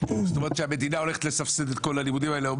זאת אומרת שהמדינה הולכת לסבסד את כל הלימודים האלה?